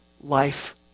life